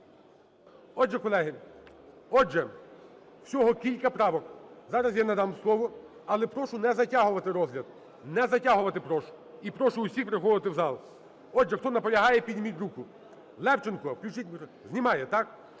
Отже, колеги… Отже, всього кілька правок. Зараз я надам слово, але прошу не затягувати розгляд, не затягувати прошу і прошу усіх приходити в зал. Отже, хто наполягає, підійміть руку. Левченко включіть… Знімає, так?